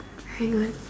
hang on